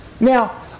now